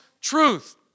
truth